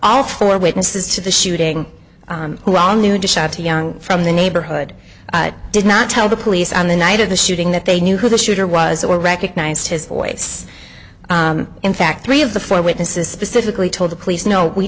all four witnesses to the shooting wrong new dish out to young from the neighborhood did not tell the police on the night of the shooting that they knew who the shooter was or recognized his voice in fact three of the four witnesses specifically told the police no we